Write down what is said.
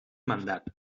mandat